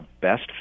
best